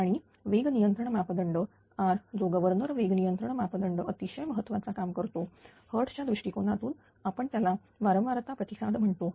आणि वेग नियंत्रण मापदंड R जो गव्हर्नर वेग नियंत्रण मापदंड अतिशय महत्त्वाचा काम करतो hertz च्या दृष्टिकोनातून आपण त्याला वारंवारता प्रतिसाद म्हणतो